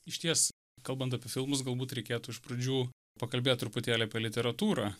išties kalbant apie filmus galbūt reikėtų iš pradžių pakalbėt truputėlį apie literatūrą